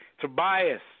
Tobias